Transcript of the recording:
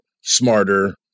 smarter